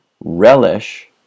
Relish